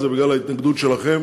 בגלל ההתנגדות שלכם